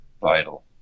vital